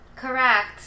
Correct